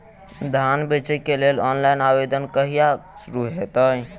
धान बेचै केँ लेल ऑनलाइन आवेदन कहिया शुरू हेतइ?